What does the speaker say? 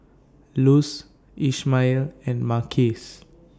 Luz Ishmael and Marquise